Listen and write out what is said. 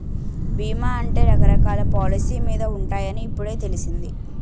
బీమా అంటే రకరకాల పాలసీ మీద ఉంటాయని ఇప్పుడే తెలిసింది